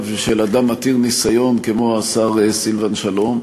של אדם עתיר ניסיון כמו השר סילבן שלום,